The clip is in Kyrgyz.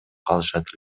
калышат